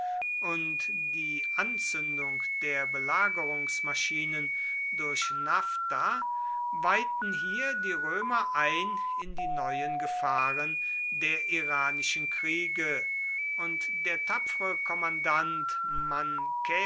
und die anzündung der belagerungsmaschinen durch naphtha weihten hier die römer ein in die neuen gefahren der iranischen kriege und der tapfere kommandant